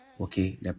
okay